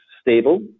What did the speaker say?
stable